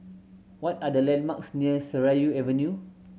what are the landmarks near Seraya Avenue